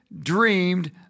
dreamed